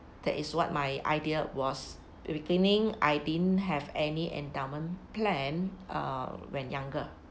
that is what my idea was beginning I didn't have any endowment plan uh when younger